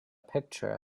picture